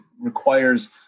requires